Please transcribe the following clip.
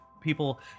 people